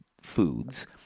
foods